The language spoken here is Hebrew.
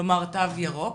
כלומר תו ירוק.